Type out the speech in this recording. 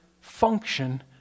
function